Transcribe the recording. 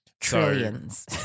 Trillions